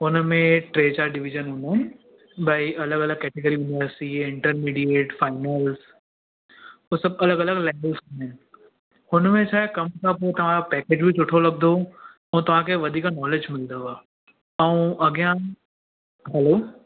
हुनमें टे चारि डिवीज़न हूंदो आहिनि भई अलॻि अलॻि कैटेगरी में आहे सीए इंटरमिडीएट फाइनल्स हो सभु अलॻि अलॻि लेवल्स हूंदा आहिनि हुनमें छा आई कमु खां पोइ तव्हांजो पैकेज बि सुठो लॻदो ऐं तव्हांखे वधीक नॉलेज मिलदव ऐं अॻियां हैलो